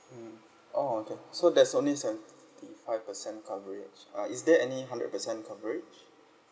mm orh okay so there's only seventy five percent coverage uh is there any hundred percent coverage